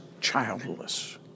childless